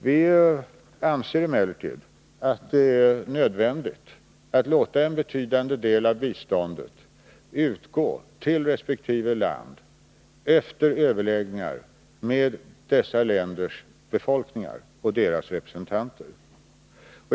Jag anser emellertid att det är nödvändigt att låta en betydande del av biståndet utgå till resp. land efter överläggningar med dessa länders befolkningar och deras representanter.